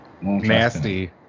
Nasty